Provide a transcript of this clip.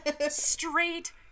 straight